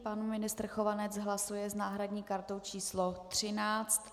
Pan ministr Chovanec hlasuje s náhradní kartou č. 13.